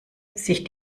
sich